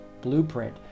blueprint